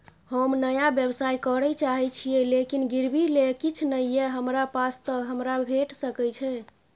हम नया व्यवसाय करै चाहे छिये लेकिन गिरवी ले किछ नय ये हमरा पास त हमरा भेट सकै छै?